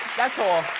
that's all.